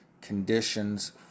conditions